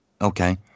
okay